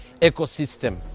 ecosystem